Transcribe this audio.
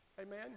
Amen